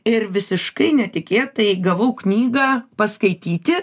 ir visiškai netikėtai gavau knygą paskaityti